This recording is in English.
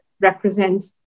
represents